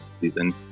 season